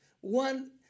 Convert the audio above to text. One